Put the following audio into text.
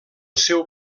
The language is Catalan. seu